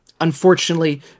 Unfortunately